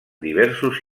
diversos